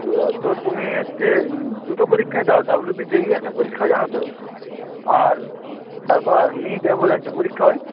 তো তো তুমি হচ্ছে দুটো পরীক্ষাই দাও ডাবলু বি জে ই একটা পরীক্ষা হয় জানো তো আর তারপর নিট বলে একটা পরীক্ষা হয়